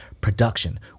production